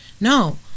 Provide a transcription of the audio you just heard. No